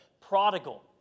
prodigal